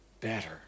better